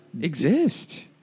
exist